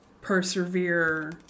persevere